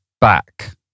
back